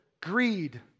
greed